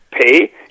pay